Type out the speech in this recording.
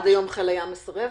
עד היום חיל הים מסרב?